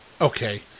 Okay